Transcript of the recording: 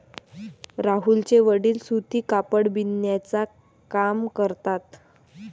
राहुलचे वडील सूती कापड बिनण्याचा काम करतात